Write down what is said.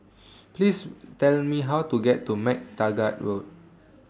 Please Tell Me How to get to MacTaggart Road